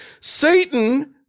Satan